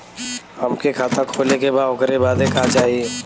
हमके खाता खोले के बा ओकरे बादे का चाही?